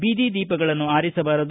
ಬೀದಿ ದೀಪಗಳನ್ನು ಆರಿಸಬಾರದು